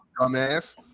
dumbass